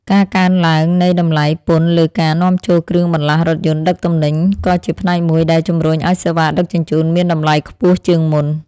ការកើនឡើងនៃតម្លៃពន្ធលើការនាំចូលគ្រឿងបន្លាស់រថយន្តដឹកទំនិញក៏ជាផ្នែកមួយដែលជម្រុញឱ្យសេវាដឹកជញ្ជូនមានតម្លៃខ្ពស់ជាងមុន។